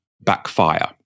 backfire